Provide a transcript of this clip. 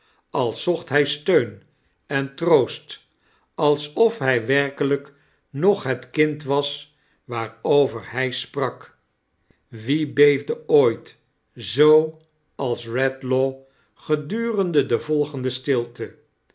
als zocht hij steun en troost alsof hij werkelijk nog het kind was waarover hij sprak wie beefde ooit zoo als redlaw gedurende de volgende stilte